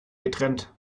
getrennt